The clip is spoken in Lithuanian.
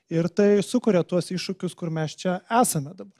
ir tai sukuria tuos iššūkius kur mes čia esame dabar